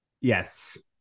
Yes